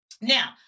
Now